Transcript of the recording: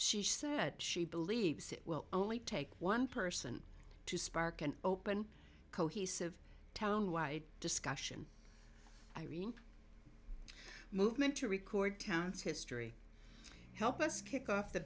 she said she believes it will only take one person to spark an open cohesive discussion irene movement to record town's history help us kick off the